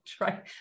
right